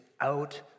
out